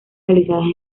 realizadas